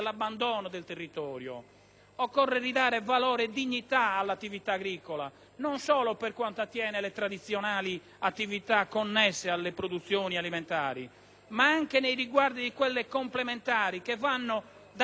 Occorre ridare valore e dignità all'attività agricola non solo per quanto attiene le tradizionali attività connesse alle produzioni alimentari, ma anche nei riguardi di quelle complementari che vanno dalla protezione ambientale